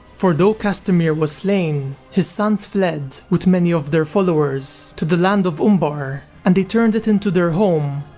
for though castamir was slain, his sons fled with many of their followers, to the land of umbar and they turned it into their home,